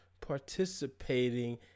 participating